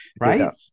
right